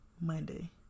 Monday